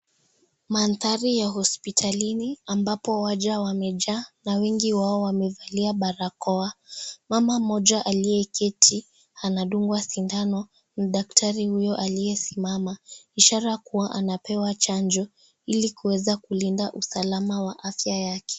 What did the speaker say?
Mandhari ya hospitalini, ambapo waja wamejaa na wengi wao wamevalia barakoa. Mama mmoja aliyeketi anadungwa sindano na daktari huyo aliyesimama. Ishara kuwa anapewa chanjo, ili kuweza kulinda usalama wa afya yake.